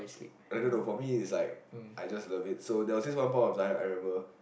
I don't know for me it's like I just love it so there was this one point of time I remember